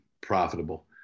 profitable